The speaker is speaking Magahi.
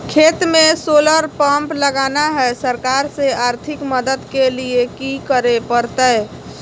खेत में सोलर पंप लगाना है, सरकार से आर्थिक मदद के लिए की करे परतय?